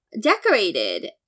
decorated